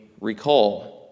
recall